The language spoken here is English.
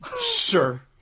sure